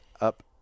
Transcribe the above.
up